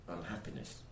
unhappiness